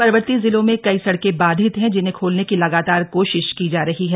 पर्वतीय जिलों में कई सड़कें बाधित हैं जिन्हें खोलने की लगातार कोशिश की जा रही है